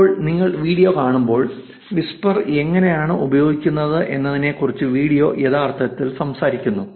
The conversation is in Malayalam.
ഇപ്പോൾ നമ്മൾ വീഡിയോ കാണുമ്പോൾ വിസ്പർ എങ്ങനെയാണ് ഉപയോഗിക്കുന്നത് എന്നതിനെക്കുറിച്ച് വീഡിയോ യഥാർത്ഥത്തിൽ സംസാരിക്കുന്നു